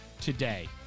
today